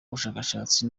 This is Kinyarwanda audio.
ubushakashatsi